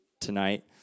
tonight